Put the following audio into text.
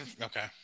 Okay